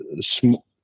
small